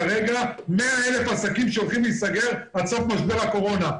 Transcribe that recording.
כרגע 100,000 עסקים שהולכים להיסגר עד סוף משבר הקורונה.